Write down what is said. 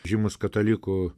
žymus katalikų